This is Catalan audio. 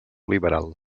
liberal